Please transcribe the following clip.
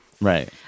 Right